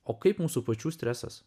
o kaip mūsų pačių stresas